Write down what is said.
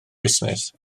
busnes